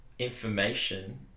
Information